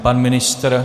Pan ministr?